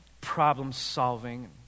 problem-solving